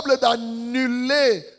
d'annuler